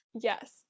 Yes